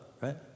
right